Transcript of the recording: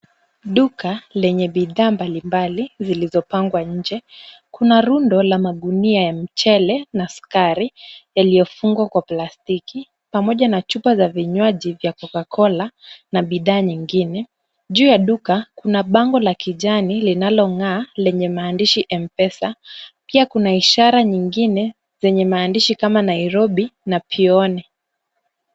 Duka lenye bidhaa mbalimbali zilizopangwa nje. Kuna rundo la magunia ya mchele na sukari, yaliyofungwa kwa plastiki, pamoja na chupa za vinywaji vya Cocacola na bidhaa nyingine. Juu ya duka kuna bango la kijani linalong'aa lenye maandishi M-Pesa. Pia kuna ishara nyingine zenye maandishi kama Nairobi na Pione.